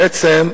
בעצם,